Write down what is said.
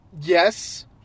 yes